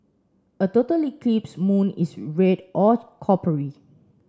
a totally eclipse moon is red or coppery